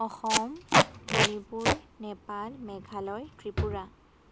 Assam Manipur Nepal Meghalaya Tripura